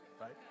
right